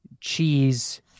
cheese